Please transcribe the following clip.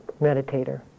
meditator